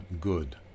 good